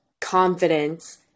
confidence